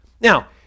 Now